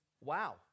Wow